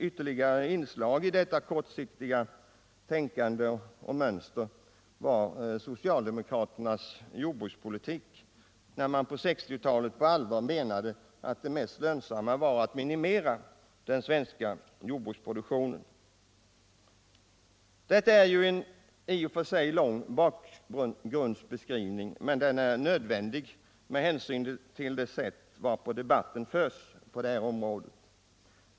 Ytterligare ett inslag i detta kortsiktiga tänkande och mönster var socialdemokraternas jordbrukspolitik, där de under 1960-talet på allvar menade att det mest lönsamma var att minimera den svenska jordbruksproduktionen. Detta är en i och för sig lång bakgrundsbeskrivning, men den är nödvändig med hänsyn till det sätt varpå debatten förs på detta område.